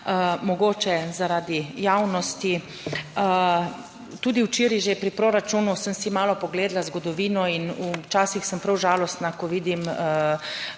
mogoče zaradi javnosti. Tudi včeraj že pri proračunu sem si malo pogledala zgodovino in včasih sem prav žalostna, ko vidim